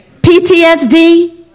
PTSD